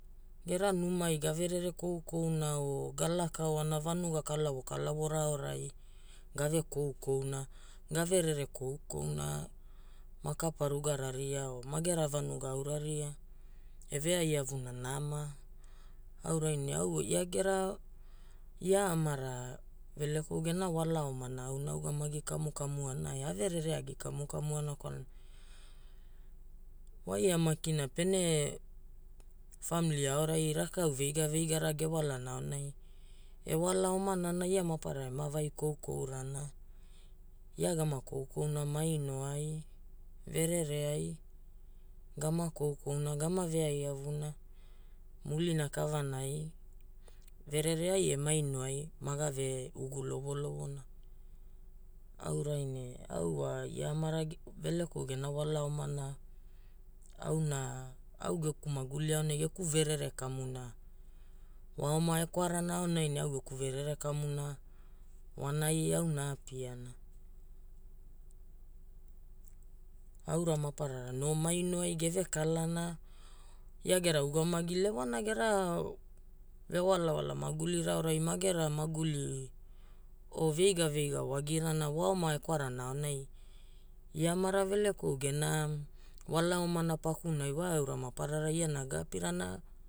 Gera numai ga verere koukouna o ga laka oana vanuga kalavo kalavora aorai ga ve koukouna. Ga verere koukouna ma kaparugara ria o magera vanuga aura ria e veai avuna nama. Aurai ne au ia gera, ia amara Velekou gena wala omana auna a ugamagi kamukamuana ea verere agi kamu kamuana kwalana waia makina pene famili aorai rakau veiga veigara ge walana aonai, e wala omanana ia ema vai koukourana. Waia makina pene famili aorai rakau veiga veigara ge walana aonai, e wala omanana ia maparara ema vai koukourana. Ia gama koukouna maino ai, verere ai gama koukouna, gama veai avuna, mulina kavanai verere ai e maino ai maga ve ugu lovolovona. Aurai ne, au wa ia amara Velekou gena wala omana, auna, au geku maguli aonai geku verere kamuna wa oma e kwarana aonai ne au geku verere kamuna wanai auna aapiana. Aura maparara no maino ai geve kalana. Ia gera ugamagi, lewana gera ve walawala magulira aorai magera maguli o veiga veiga wagira na wa oma e kwarana aonai ia amara Velekou gena wala omana pakunai wa eaura maparara iana ga apirana.